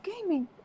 gaming